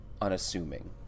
unassuming